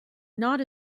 not